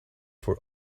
for